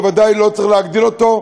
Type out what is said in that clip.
בוודאי לא צריכים להגדיל אותו,